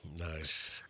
Nice